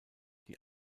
die